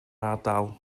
ardal